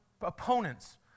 opponents